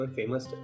famous